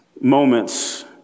moments